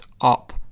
up